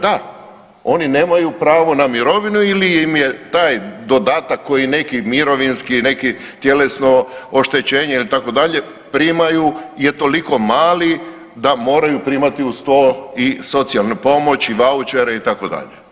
Da, oni nemaju pravo na mirovinu ili im je taj dodatak koji neki mirovinski, neki tjelesno oštećenje ili itd. primaju je toliko mali da moraju primati uz to i socijalnu pomoć i vaučere itd.